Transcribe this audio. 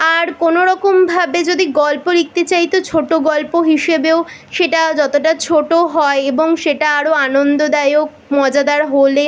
আর কোনো রকমভাবে যদি গল্প লিখতে চাই তো ছোটো গল্প হিসেবেও সেটা যতটা ছোটো হয় এবং সেটা আরও আনন্দদায়ক মজাদার হলে